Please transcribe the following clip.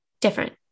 different